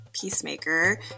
peacemaker